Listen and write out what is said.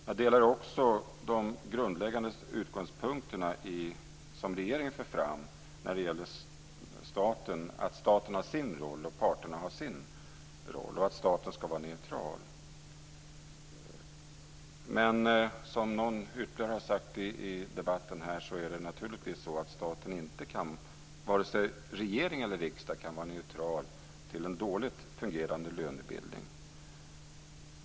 Jag delar också de grundläggande utgångspunkterna som regeringen för fram när det gäller att staten har sin roll och parterna sin, och att staten ska vara neutral. Men som ytterligare någon har sagt i debatten är det naturligtvis inte så att vare sig regering eller riksdag kan vara neutral till en dåligt fungerande lönebildning.